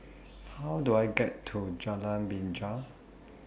How Do I get to Jalan Binja